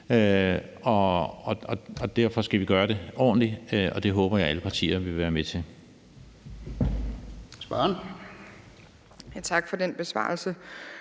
og derfor skal vi gøre det ordentligt, og det håber jeg alle partier vil være med til.